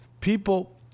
people